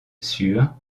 sur